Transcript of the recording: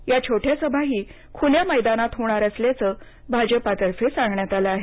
या छोट्या सभाही खुल्या मैदानात होणार असल्याचं भाजपतर्फे सांगण्यात आलं आहे